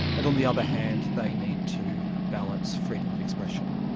and on the other hand they need to balance freedom of expression.